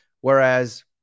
Whereas